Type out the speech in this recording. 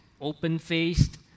open-faced